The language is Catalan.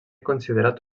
considerat